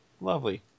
lovely